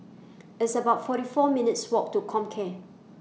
It's about forty four minutes' Walk to Comcare